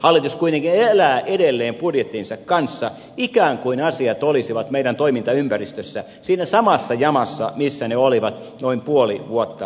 hallitus kuitenkin elää edelleen budjettinsa kanssa ikään kuin asiat olisivat meidän toimintaympäristössämme siinä samassa jamassa missä ne olivat noin puoli vuotta sitten